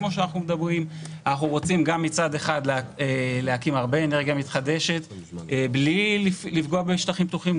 אנחנו רוצים מצד אחד להקים הרבה אנרגיה מתחדשת בלי לפגוע בשטחים פתוחים,